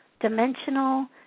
dimensional